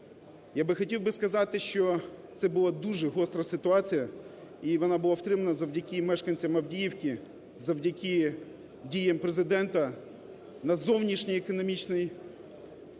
Я би хотів би сказати, що це була дуже гостра ситуація і вона була втримана завдяки мешканцям Авдіївки, завдяки діям Президента на зовнішньоекономічному полі,